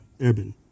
urban